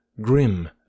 grim